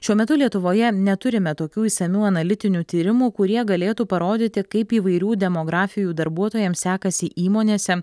šiuo metu lietuvoje neturime tokių išsamių analitinių tyrimų kurie galėtų parodyti kaip įvairių demografijų darbuotojams sekasi įmonėse